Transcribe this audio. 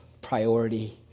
priority